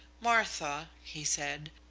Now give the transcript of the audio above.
martha, he said,